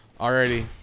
Alrighty